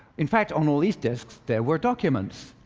in fact, on all these discs there were documents.